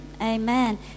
Amen